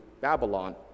Babylon